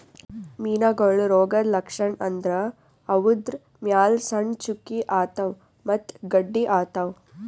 ಮೀನಾಗೋಳ್ ರೋಗದ್ ಲಕ್ಷಣ್ ಅಂದ್ರ ಅವುದ್ರ್ ಮ್ಯಾಲ್ ಸಣ್ಣ್ ಚುಕ್ಕಿ ಆತವ್ ಮತ್ತ್ ಗಡ್ಡಿ ಆತವ್